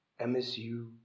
MSU